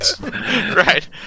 right